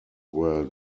were